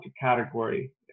category